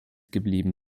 geblieben